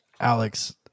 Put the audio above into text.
Alex